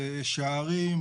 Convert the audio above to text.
שערים,